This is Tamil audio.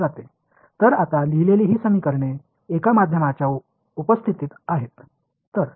எனவே இப்போது எழுதப்பட்ட இந்த சமன்பாடுகள் ஒரு ஊடகம் முன்னிலையில் உள்ளன